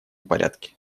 порядке